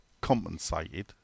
compensated